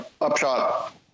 upshot